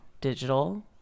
digital